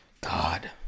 god